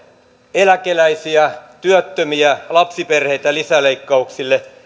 eläkeläisiä työttömiä lapsiperheitä lisäleikkauksilla